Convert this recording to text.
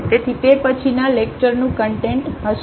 તેથી તે પછીના લેક્ચર નું કન્ટેન્ટ હશે